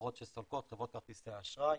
לחברות שסולקות, חברות כרטיסי האשראי.